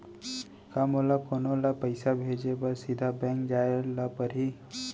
का मोला कोनो ल पइसा भेजे बर सीधा बैंक जाय ला परही?